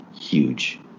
huge